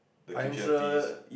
the tuition fees